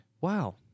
Wow